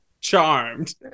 charmed